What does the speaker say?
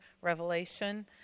Revelation